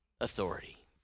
authority